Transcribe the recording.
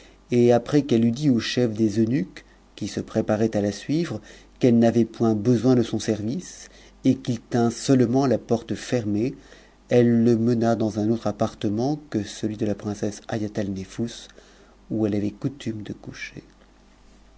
et après qu'elle eut dit au chef des eunuques qui se préparait à la suivre qu'elle n'avait point besoin de son service et qu'il tînt seulement la porte fermée elle le mena dans un antre appartement que celui de la princesse haïatalnefous où elle avait coutume de coucher